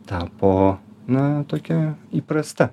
tapo na tokia įprasta